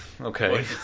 Okay